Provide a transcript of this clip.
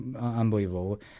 unbelievable